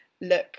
look